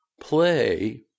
play